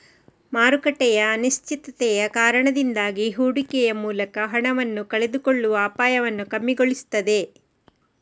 ಮಾರುಕಟ್ಟೆಯ ಅನಿಶ್ಚಿತತೆಯ ಕಾರಣದಿಂದಾಗಿ ಹೂಡಿಕೆಯ ಮೂಲಕ ಹಣವನ್ನ ಕಳೆದುಕೊಳ್ಳುವ ಅಪಾಯವನ್ನ ಕಮ್ಮಿಗೊಳಿಸ್ತದೆ